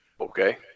Okay